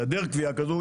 בהיעדר קביעה כזאת,